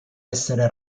essere